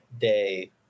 day